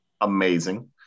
amazing